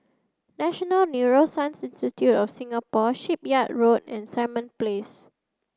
national Neuroscience Institute of Singapore Shipyard Road and Simon Place